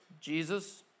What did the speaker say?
Jesus